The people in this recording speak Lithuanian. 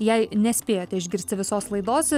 jai nespėjate išgirsti visos laidos